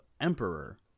emperor